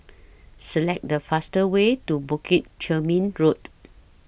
Select The fastest Way to Bukit Chermin Road